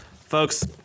Folks